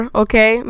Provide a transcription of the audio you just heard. okay